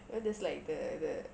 then there's like the the